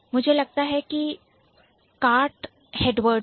मुझे लगता है की kart हेडवर्ड है